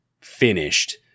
finished